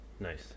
Nice